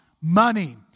money